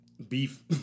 Beef